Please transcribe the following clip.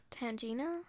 Tangina